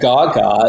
Gaga